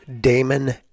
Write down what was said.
Damon